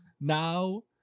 Now